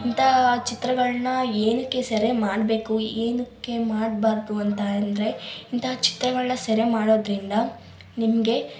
ಇಂಥ ಚಿತ್ರಗಳನ್ನ ಏನಕ್ಕೆ ಸೆರೆ ಮಾಡಬೇಕು ಏನಕ್ಕೆ ಮಾಡ್ಬಾರ್ದು ಅಂತ ಅಂದರೆ ಇಂಥ ಚಿತ್ರಗಳನ್ನ ಸೆರೆ ಮಾಡೋದ್ರಿಂದ ನಿಮಗೆ